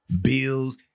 bills